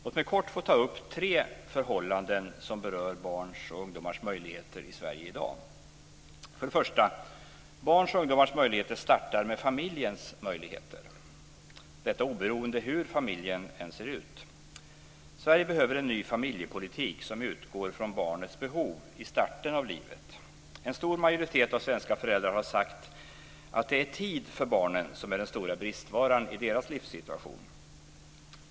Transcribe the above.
Låt mig kort få ta upp tre förhållanden som berör barns och ungdomars möjligheter i För det första: Barns och ungdomars möjligheter startar med familjens möjligheter. Detta oberoende av hur familjen ser ut. Sverige behöver en ny familjepolitik som utgår från barnets behov i starten av livet. En stor majoritet av svenska föräldrar har sagt att det är tid för barnen som är den stora bristvaran i deras livssituation.